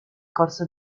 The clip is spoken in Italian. corso